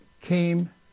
came